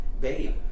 babe